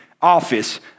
office